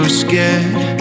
scared